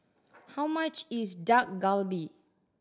how much is Dak Galbi